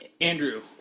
Andrew